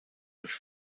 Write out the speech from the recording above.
durch